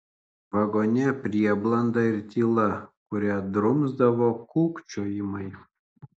vagone prieblanda ir tyla kurią drumsdavo kūkčiojimai